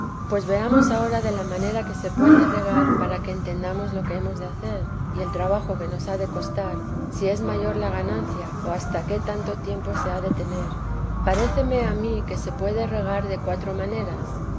pues veamos ahora de la manera que se puede regar para que entendamos lo que hemos de hacer y el trabajo que nos ha de costar si es mayor la ganancia o hasta qué tanto tiempo se ha de tener paréceme a mí que se puede regar de cuatro maneras